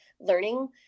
learning